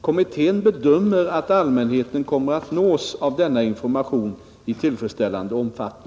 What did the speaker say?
Kommittén bedömer att allmänheten kommer att nås av denna information i tillfredsställande omfattning.